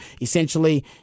essentially